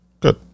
Good